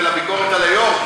ולביקורת על היו"ר?